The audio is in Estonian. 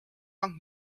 pank